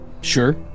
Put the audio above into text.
Sure